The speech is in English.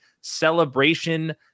celebration